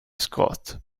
scott